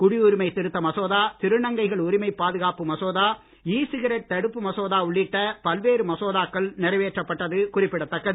குடியுரிமை திருத்த மசோதா திருநங்கைகள் உரிமை பாதுகாப்பு மசோதா ஈ சிகரெட் தடுப்பு மசோதா உள்ளிட்ட பல்வேறு மசோதாக்கள் நிறைவேற்றப் பட்டது குறிப்பிடத்தக்கது